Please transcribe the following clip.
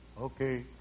Okay